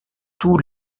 tous